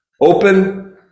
open